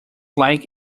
like